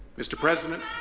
mr. president